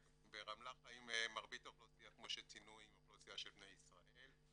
ברמלה מרבית האוכלוסייה כמו שציינו היא מהאוכלוסייה של בני ישראל.